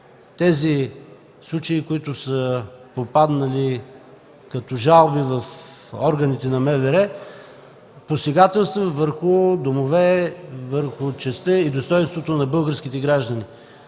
тези случаи, които са попаднали като жалби в органите на МВР. Посегателства върху домове, върху честта и достойнството на българските граждани.